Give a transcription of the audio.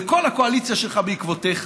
וכל הקואליציה שלך בעקבותיך.